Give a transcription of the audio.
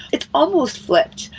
it's almost flipped.